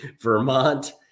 Vermont